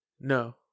No